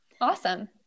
awesome